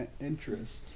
interest